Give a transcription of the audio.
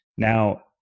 Now